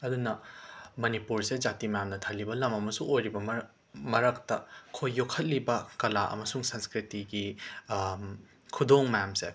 ꯑꯗꯨꯅ ꯃꯅꯤꯄꯨꯔꯁꯦ ꯖꯥꯇꯤ ꯃꯌꯥꯝꯅ ꯊꯜꯂꯤꯕ ꯂꯝ ꯑꯃꯁꯨ ꯑꯣꯏꯔꯤꯕ ꯃꯔ ꯃꯔꯛꯇ ꯑꯩꯈꯣꯏ ꯌꯣꯛꯈꯠꯂꯤꯕ ꯀꯂꯥ ꯑꯃꯁꯨꯡ ꯁꯪꯁꯀ꯭ꯔꯤꯇꯤꯒꯤ ꯈꯨꯗꯣꯡ ꯃꯌꯥꯝꯁꯦ